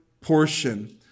portion